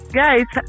guys